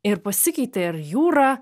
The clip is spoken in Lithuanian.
ir pasikeitė ir jūra